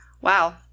Wow